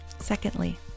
Secondly